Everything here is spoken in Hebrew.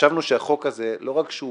חשבנו שהחוק הזה, לא רק שהוא